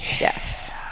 Yes